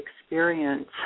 experience